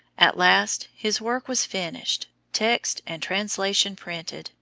at last his work was finished, text and translation printed,